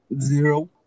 Zero